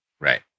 right